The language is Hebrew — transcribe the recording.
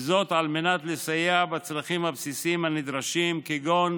וזאת על מנת לסייע בצרכים הבסיסיים הנדרשים, כגון